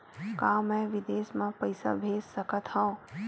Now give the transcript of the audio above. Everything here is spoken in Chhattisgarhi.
का मैं विदेश म पईसा भेज सकत हव?